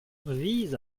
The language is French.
vise